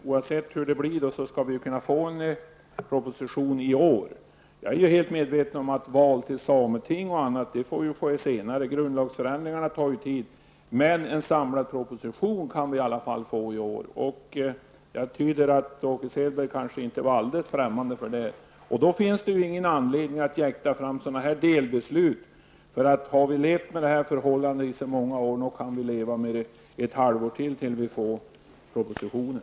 Oavsett hur det blir skall vi väl då kunna få en proposition i år. Jag är helt medveten om att val till sameting och annat får ske senare; grundlagsförändringarna tar ju tid. Men en samlad proposition kan vi i alla fall få i år. Jag tyder Åke Selbergs replik så, att han kanske inte är alldeles främmande för det. Då finns det ingen anledning att jäkta fram några delbeslut. Har vi levt med de här förhållandena i så många år kan vi väl leva med dem ett halvår till, tills vi får propositionen.